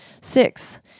Six